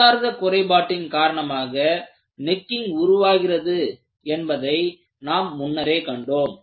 உள்ளார்ந்த குறைபாட்டின் காரணமாக நெக்கிங் உருவாகிறது என்பதை நாம் முன்னரே கண்டோம்